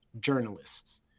journalists